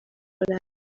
شده